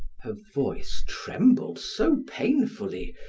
her voice trembled so painfully,